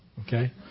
Okay